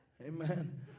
Amen